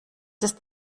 ist